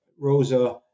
Rosa